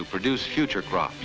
to produce future crop